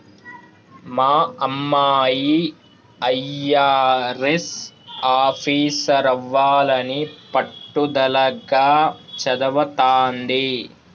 మా అమ్మాయి అయ్యారెస్ ఆఫీసరవ్వాలని పట్టుదలగా చదవతాంది